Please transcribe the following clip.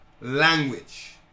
language